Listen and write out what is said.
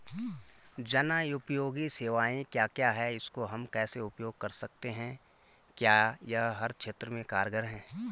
जनोपयोगी सेवाएं क्या क्या हैं इसको हम कैसे उपयोग कर सकते हैं क्या यह हर क्षेत्र में कारगर है?